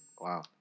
Wow